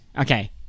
Okay